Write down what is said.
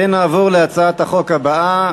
נעבור להצעת החוק הבאה.